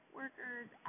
workers